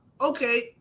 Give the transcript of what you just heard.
okay